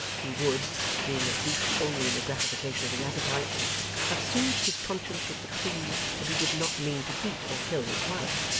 he would being a brute only in the gratification of his appetites have soothed his conscience with the plea that he did not mean to beat or kill his wife,